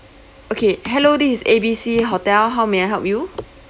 okay hello this is A B C hotel how may I help you